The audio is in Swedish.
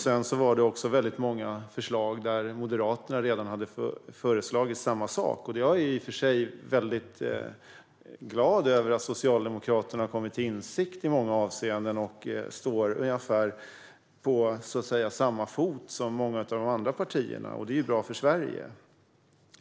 Sedan var det också väldigt många förslag om saker där Moderaterna redan hade föreslagit samma sak. Jag är i och för sig väldigt glad över att Socialdemokraterna har kommit till insikt i många avseenden och står ungefär på samma fot som många av de andra partierna. Det är bra för Sverige.